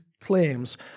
claims